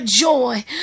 joy